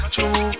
True